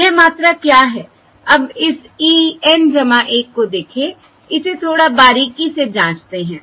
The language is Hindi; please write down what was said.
यह मात्रा क्या है अब इस e N 1 को देखें इसे थोड़ा बारीकी से जांचते हैं